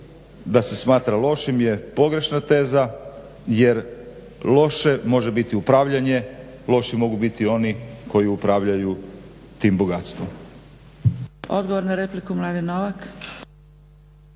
da se smatra lošim je pogrešna teza jer loše može biti upravljanje, loši mogu biti oni koji upravljaju tim bogatstvom.